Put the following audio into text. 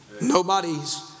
Nobody's